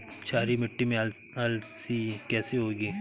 क्षारीय मिट्टी में अलसी कैसे होगी?